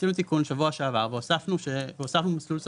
עשינו תיקון בשבוע שעבר, והוספנו את "מסלול שכר"